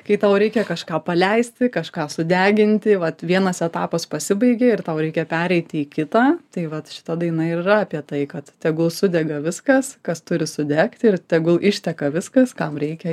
kai tau reikia kažką paleisti kažką sudeginti vat vienas etapas pasibaigė ir tau reikia pereiti į kitą tai vat šita daina ir yra apie tai kad tegul sudega viskas kas turi sudegti ir tegul išteka viskas kam reikia